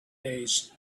days